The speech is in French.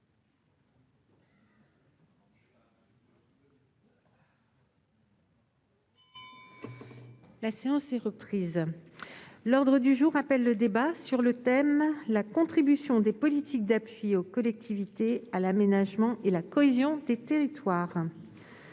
La séance est reprise. L'ordre du jour appelle le débat sur le thème :« La contribution des politiques d'appui aux collectivités à l'aménagement et la cohésion des territoires.